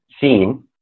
seen